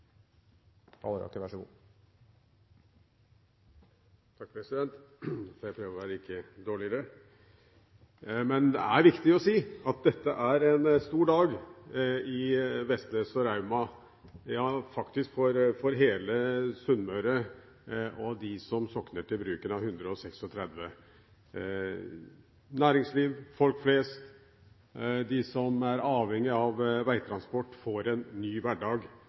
5 minutter! Så får jeg prøve å ikke være dårligere! Det er viktig å si at dette er en stor dag i Vestnes og Rauma, ja, faktisk for hele Sunnmøre og for dem som sogner til bruken av E136. Næringslivet, folk flest, de som er avhengig av veitransport, får en ny